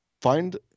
Find